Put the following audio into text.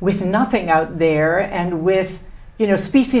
with nothing out there and with you know species